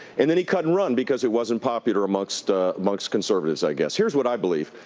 and then he cut and run because it wasn't popular amongst amongst conservatives, i guess. here's what i believe.